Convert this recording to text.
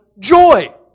Joy